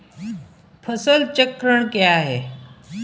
फसल चक्रण क्या है?